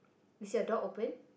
is your door open